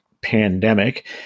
pandemic